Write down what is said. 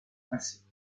principe